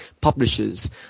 publishers